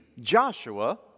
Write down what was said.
Joshua